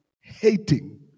hating